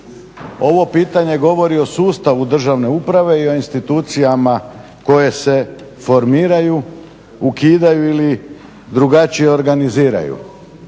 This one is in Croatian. Ovo pitanje govori o sustavu državne uprave i o institucijama koje se formiraju, ukidaju ili drugačije organiziraju.